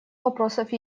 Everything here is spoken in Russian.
вопросов